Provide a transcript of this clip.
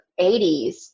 80s